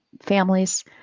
families